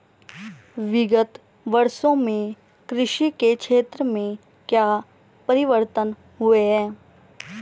विगत वर्षों में कृषि के क्षेत्र में क्या परिवर्तन हुए हैं?